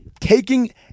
taking